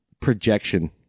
projection